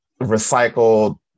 recycled